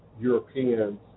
Europeans